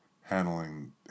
handling